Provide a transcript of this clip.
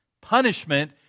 Punishment